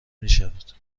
میشود